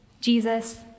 Jesus